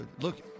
look